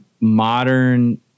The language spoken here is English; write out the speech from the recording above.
modern